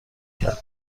کرد